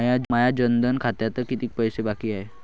माया जनधन खात्यात कितीक पैसे बाकी हाय?